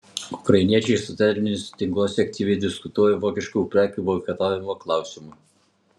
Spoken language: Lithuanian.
ukrainiečiai socialiniuose tinkluose aktyviai diskutuoja vokiškų prekių boikotavimo klausimu